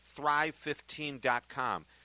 thrive15.com